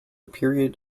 period